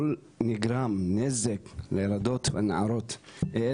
כל עוד נגרם נזק לילדות האלה,